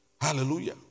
Hallelujah